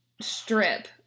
strip